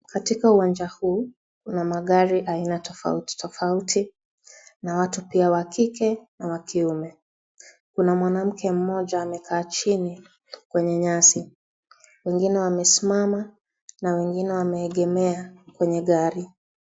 Katika uwanja huu kuna magari aina tofauti tofauti na watu pia wa kike na wa kiume. Kuna mwanamke mmoja amekaa chini kwenye nyasi. Wengine wamesimama na wengine wameegemea kwenye gari.